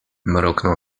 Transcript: mruknął